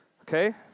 okay